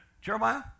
Jeremiah